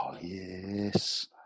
yes